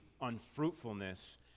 unfruitfulness